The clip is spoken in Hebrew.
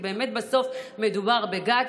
כי בסוף מדובר בגת,